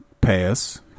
pass